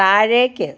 താഴേക്ക്